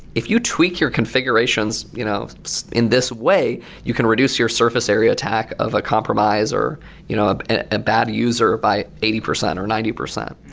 if you tweak your configurations you know in this way, you can reduce your surface area attack of a compromise or you know ah ah a bad user by eighty percent or ninety percent.